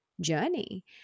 journey